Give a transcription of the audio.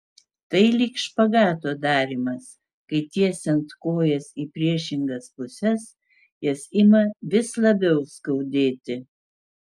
tai lyg špagato darymas kai tiesiant kojas į priešingas puses jas ima vis labiau skaudėti